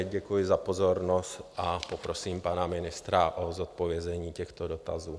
Děkuji za pozornost a poprosím pana ministra o zodpovězení těchto dotazů.